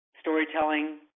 storytelling